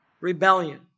rebellion